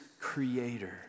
creator